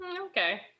Okay